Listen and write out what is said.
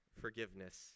forgiveness